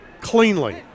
cleanly